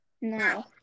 No